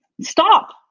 stop